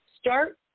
start